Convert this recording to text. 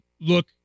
look